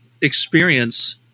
experience